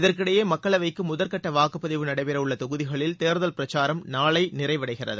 இதற்கிடையே மக்களவைக்கு முதல் கட்ட வாக்குப்பதிவு நடைபெறவுள்ள தொகுதிகளில் தேர்தல் பிரச்சாரம் நாளை நிறைவடைகிறது